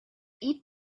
eat